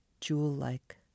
jewel-like